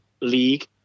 league